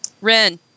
Ren